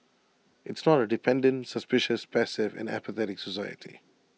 it's not A dependent suspicious passive and apathetic society